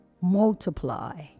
Multiply